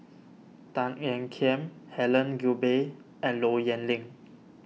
Tan Ean Kiam Helen Gilbey and Low Yen Ling